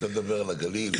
כשאתה מדבר על הגליל,